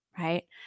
Right